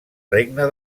regne